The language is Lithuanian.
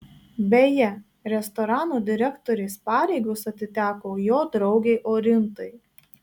beje restorano direktorės pareigos atiteko jo draugei orintai